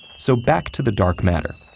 so back to the dark matter.